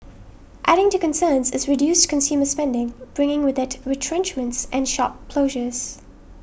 adding to concerns is reduced consumer spending bringing with it retrenchments and shop closures